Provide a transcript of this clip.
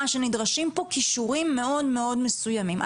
שנדרשים פה כישורים מאוד מאוד מסוימים.